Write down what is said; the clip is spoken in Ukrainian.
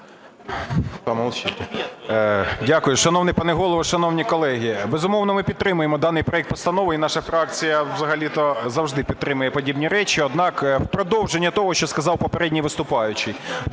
Дякую. Шановний пане Голово, шановні колеги! Безумовно, ми підтримаємо даний проект постанови. І наша фракція взагалі-то завжди підтримує подібні речі. Однак у продовження того, що сказав попередній виступаючий.